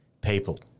people